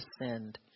descend